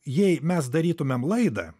jei mes darytumėm laidą